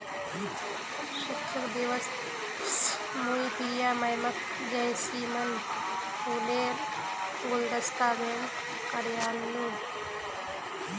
शिक्षक दिवसत मुई प्रिया मैमक जैस्मिन फूलेर गुलदस्ता भेंट करयानू